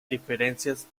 diferencias